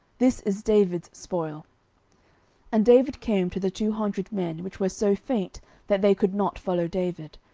this is david's spoil and david came to the two hundred men, which were so faint that they could not follow david,